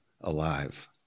alive